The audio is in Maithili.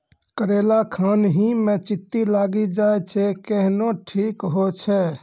करेला खान ही मे चित्ती लागी जाए छै केहनो ठीक हो छ?